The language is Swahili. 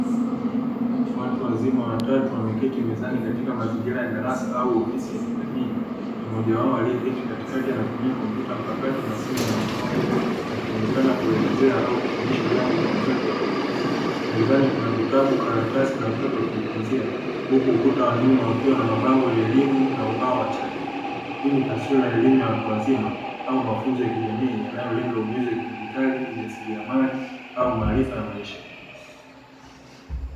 Watu wazima watatu wameketi mezani katika mazingira ya darasa au ofisi ya kijamii, mmoja wao alieketi katikati anatumia kompyuta mpakato na simu ya mkononi, akionekana kuelezea au kufundisha jambo kwa wenzake wawili. Mezani kuna vitabu, karatsi na vifaa vya kujifunzia huku ukuta wa nyuma ukiwa na mabango ya elimu na ubao wa chaki. Hii ni taswira ya elimu ya watu wazima au mafunzo ya kijamii yanayolenga ujuzi wa kidigitali, ujasiliamali au maarifa ya maisha.